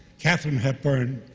katharine hepburn,